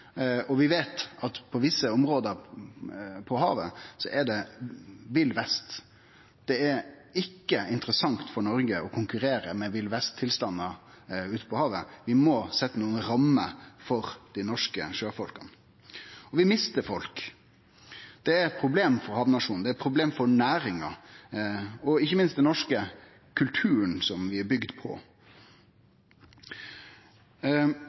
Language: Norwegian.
og vi veit at når det gjeld visse arbeidsvilkår på havet, er det vill vest. Det er ikkje interessant for Noreg å konkurrere med vill-vest-tilstandar ute på havet. Vi må setje nokre rammer for dei norske sjøfolka. Vi mister folk, det er eit problem for havnasjonen, det er eit problem for næringa og ikkje minst for den norske kulturen som vi er bygde på.